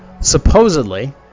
supposedly